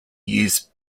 use